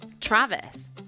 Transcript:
Travis